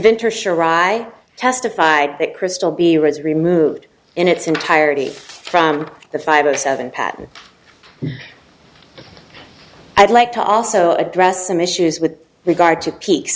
ventor sure rye testified that crystal be reza removed in its entirety from the five or seven patent i'd like to also address some issues with regard to peac